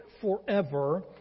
forever